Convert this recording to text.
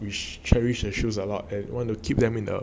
which cherish the shoes are allowed and want to keep them um